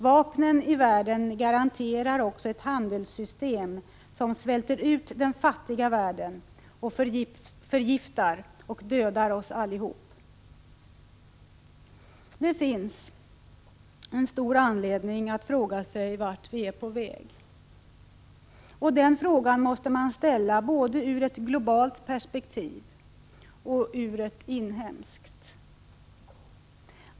Vapnen i världen garanterar också ett handelssystem som svälter ut den fattiga världen och förgiftar och dödar oss allihop. Det finns stor anledning att fråga sig vart vi är på väg. Den frågan måste vi se både i ett globalt perspektiv och i ett inhemskt.